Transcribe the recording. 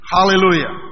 Hallelujah